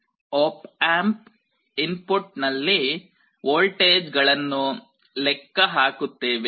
Refer Slide Time 1747 op amp input ನಲ್ಲಿ ವೋಲ್ಟೇಜ್ಗಳನ್ನು ಲೆಕ್ಕ ಹಾಕುತ್ತೇವೆ